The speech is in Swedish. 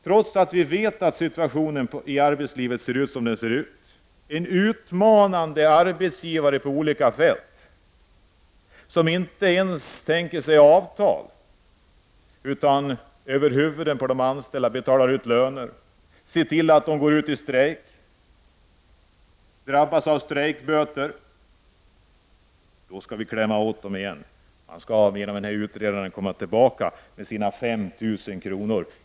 Trots att man vet att situationen är som den är låter man utmanande arbetsgivare bedriva sin verksamhet utan avtal och låter dem betala ut löner över huvudet på de anställda. Man ser till att arbetarna går i strejk och låter dem sedan drabbas av strejkböter. Utredningsförslaget om 5 000 kr.